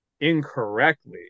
incorrectly